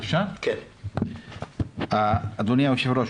אדוני היושב-ראש,